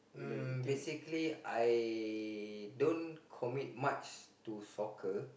uh basically I don't commit much to soccer